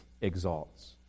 exalts